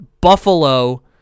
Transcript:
Buffalo